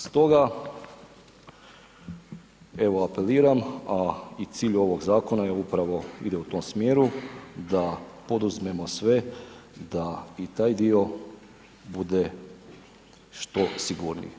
Stoga evo apeliram, a i cilj ovog zakona je upravo, ide u tom smjeru da poduzmemo sve da i taj dio bude što sigurniji.